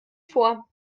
vor